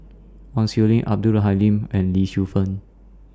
Chong Siew Ying Abdul Halim and Li